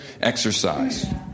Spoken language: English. exercise